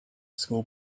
school